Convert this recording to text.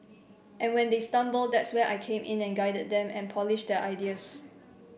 and when they stumble that's where I came in and guided them and polished their ideas